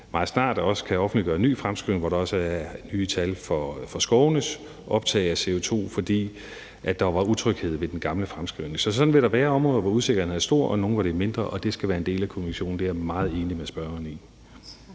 meget snart kan offentliggøre en ny fremskrivning, hvor der også er nye tal for skovenes optag af CO2, fordi der var utryghed ved den gamle fremskrivning. Så sådan vil der være områder, hvor usikkerheden er stor, og nogle, hvor den er mindre, og det skal være en del af konklusionen. Det er jeg meget enig med ordføreren i.